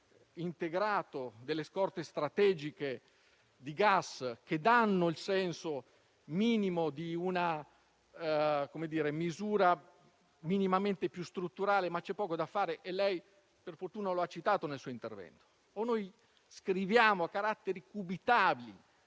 integrato delle scorte strategiche di gas, che danno il senso di una misura minimamente più strutturale. Ma c'è poco da fare e lei per fortuna lo ha citato nel suo intervento: o noi scriviamo a caratteri cubitali